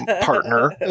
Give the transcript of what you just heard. partner